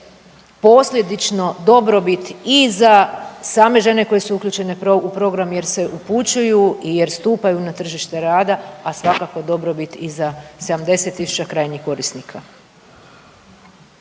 posljedično dobrobit i za same žene koje su uključene u program jer se upućuju, jer stupaju na tržište rada, a svakako je dobrobit i za 70 tisuća krajnjih korisnika.